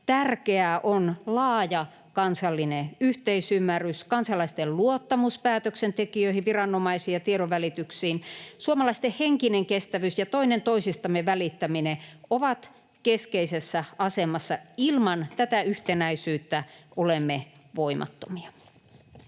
tärkeää on laaja kansallinen yhteisymmärrys, kansalaisten luottamus päätöksentekijöihin, viranomaisiin ja tiedonvälitykseen, suomalaisten henkinen kestävyys ja toinen toisistamme välittäminen. Ne ovat keskeisessä asemassa. Ilman tätä yhtenäisyyttä olemme voimattomia.